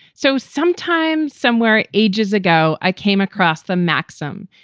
so sometimes somewhere ages ago, i came across the maxim,